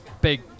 big